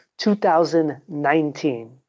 2019